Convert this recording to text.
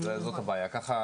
זה עוד רשת ביטחון.